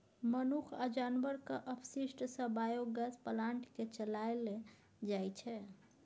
मनुख आ जानबरक अपशिष्ट सँ बायोगैस प्लांट केँ चलाएल जाइ छै